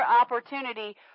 opportunity